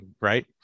right